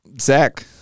Zach